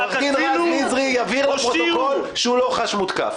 עורך דין רז נזרי יבהיר לפרוטוקול שהוא לא חש מותקף.